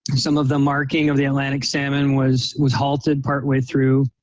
some of the marking of the atlantic salmon was was halted part way through.